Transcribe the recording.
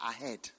ahead